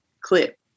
clip